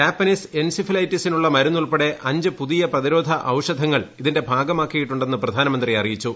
Japanese എൻസീഫ്രാലൈറ്റിസിനുള്ള മരുന്ന് ഉൾപ്പെടെ അഞ്ച് പുതിയ പ്രതിരോധ ഒരു്ഷ്ധങ്ങൾ ഇതിന്റെ ഭാഗമാക്കിയിട്ടുണ്ടെന്ന് പ്രധാനമന്ത്രി അറിയിച്ചു